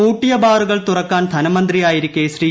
പൂട്ടിയ ബാറുകൾ തുറക്കാൻ ധനമന്ത്രിയായിരിക്കെ ശ്രീ